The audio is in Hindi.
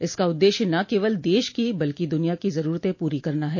इसका उद्देश्य न केवल देश की बल्कि दुनिया की जरूरतें पूरी करना है